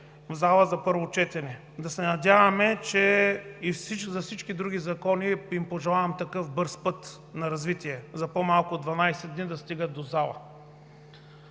в залата за първо четене. На всички други закони им пожелавам такъв бърз път на развитие – за по-малко от 12 дни да стигат до залата.